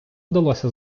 вдалося